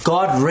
God